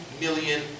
million